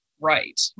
right